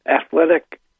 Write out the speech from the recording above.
athletic